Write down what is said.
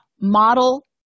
model